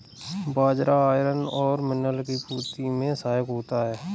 बाजरा iron और mineral की पूर्ति में सहायक होता है